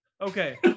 Okay